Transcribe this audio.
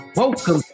Welcome